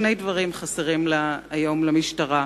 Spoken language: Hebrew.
שני דברים חסרים היום למשטרה: